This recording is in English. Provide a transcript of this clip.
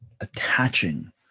attaching